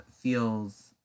feels